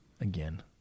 again